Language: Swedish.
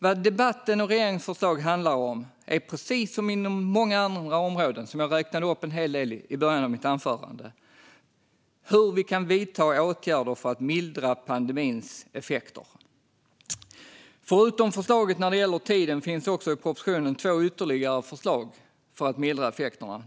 Det regeringens förslag och debatten handlar om är precis som på många andra områden hur vi kan vidta åtgärder för att mildra pandemins effekter. Förutom förslaget om förlängd tid finns ytterligare två förslag i propositionen för att mildra effekterna.